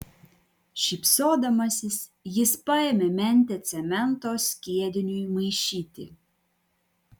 šypsodamasis jis paėmė mentę cemento skiediniui maišyti